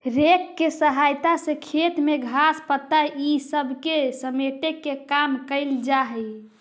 rake के सहायता से खेत में घास, पत्ता इ सब के समेटे के काम कईल जा हई